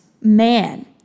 man